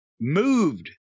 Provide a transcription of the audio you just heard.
moved